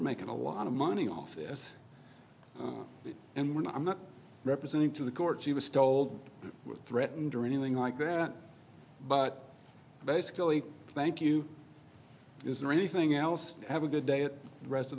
making a lot of money off this and when i'm not representing to the court she was told we were threatened or anything like that but basically thank you is there anything else have a good day at rest of